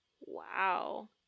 Wow